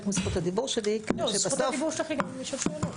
מזכות הדיבור שלי כדי שבסוף --- זכותך לשאול שאלות.